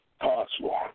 possible